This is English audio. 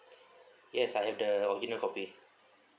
yes I have the original copy